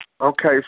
Okay